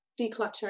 decluttering